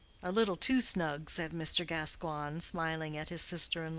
a little too snug, said mr. gascoigne, smiling at his sister-in-law.